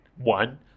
One